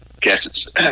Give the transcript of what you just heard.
guesses